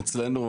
אצלנו,